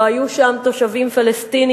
לא היו שם תושבים פלסטינים,